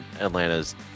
Atlanta's